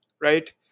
right